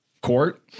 court